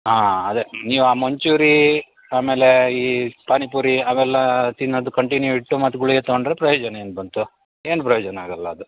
ಹಾಂ ಅದೆ ನೀವು ಮಂಚೂರೀ ಆಮೇಲೆ ಈ ಪಾನಿಪುರಿ ಅವೆಲ್ಲ ತಿನ್ನದು ಕಂಟಿನ್ಯೂ ಇಟ್ಟು ಮತ್ತೆ ಗುಳಿಗೆ ತಗೊಂಡರೆ ಪ್ರಯೋಜನ ಏನು ಬಂತು ಏನು ಪ್ರಯೋಜನ ಆಗಲ್ಲ ಅದು